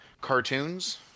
cartoons